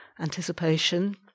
anticipation